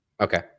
okay